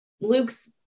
Luke's